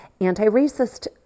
anti-racist